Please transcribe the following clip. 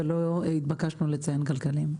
ולא התבקשנו לציין כלכליים.